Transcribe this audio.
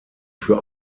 für